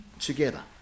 together